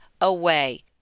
away